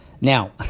Now